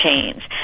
change